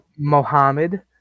Mohammed